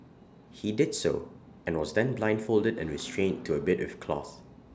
he did so and was then blindfolded and restrained to A bed with cloth